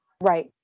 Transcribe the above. Right